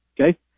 okay